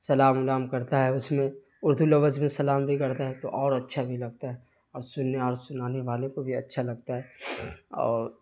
سلام اولام کرتا ہے اس میں اردو لفظ میں سلام بھی کرتا ہے تو اور اچھا بھی لگتا ہے اور سننے اور سنانے والے کو بھی اچھا لگتا ہے اور